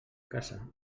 casa